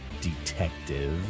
Detective